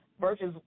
versus